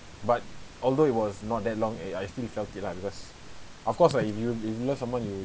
but although it was not that long eh I still felt it lah because of course lah if you if you love someone you